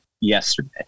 yesterday